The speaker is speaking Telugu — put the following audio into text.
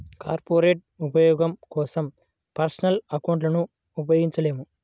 కార్పొరేట్ ఉపయోగం కోసం పర్సనల్ అకౌంట్లను ఉపయోగించలేము